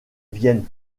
vienne